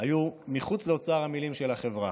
היו מחוץ לאוצר המילים של החברה.